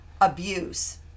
abuse